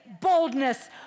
boldness